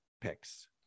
picks